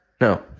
No